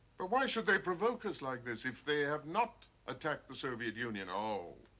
but why should they provoke us like this if they have not attacked the soviet union? oh.